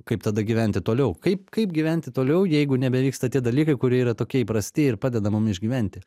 kaip tada gyventi toliau kaip kaip gyventi toliau jeigu nebevyksta tie dalykai kurie yra tokie įprasti ir padeda mum išgyventi